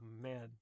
man